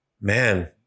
Man